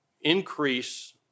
increase